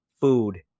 food